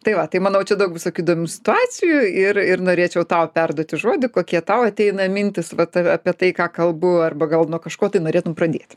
tai va tai manau čia daug visokių įdomių situacijų ir ir norėčiau tau perduoti žodį kokie tau ateina mintys vat apie tai ką kalbu arba gal nuo kažko tai norėtum pradėti